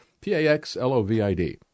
P-A-X-L-O-V-I-D